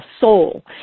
soul